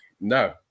No